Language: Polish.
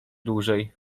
dłużej